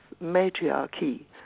matriarchy